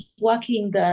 working